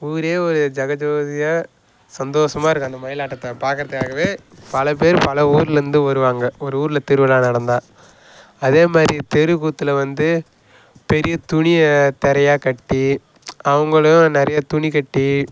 ஊரே ஒரு ஜெகஜோதியாக சந்தோஷமா இருக்கும் அந்த மயிலாட்டத்தை பார்க்குறதுக்காகவே பல பேர் பல ஊரில் இருந்து வருவாங்க ஒரு ஊரில் திருவிழா நடந்தால் அதே மாதிரி தெரு கூத்தில் வந்து பெரிய துணியை திரையா கட்டி அவர்களும் நிறையா துணி கட்டி